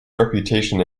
reputation